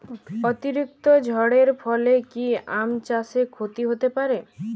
অতিরিক্ত ঝড়ের ফলে কি আম চাষে ক্ষতি হতে পারে?